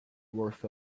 worth